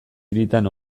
hiritan